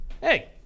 Hey